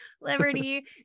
Liberty